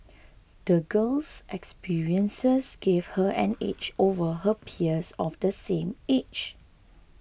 the girl's experiences gave her an edge over her peers of the same age